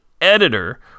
editor